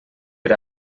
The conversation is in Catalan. per